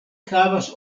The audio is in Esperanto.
havas